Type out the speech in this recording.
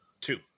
Two